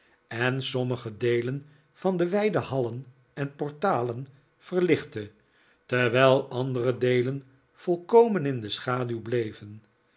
en sommige deelen van de wijde hallen en portalen verlichtte terwijl andere deelen volkomen in de schaduw bleven